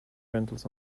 rentals